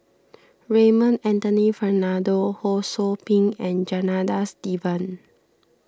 Raymond Anthony Fernando Ho Sou Ping and Janadas Devan